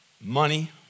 money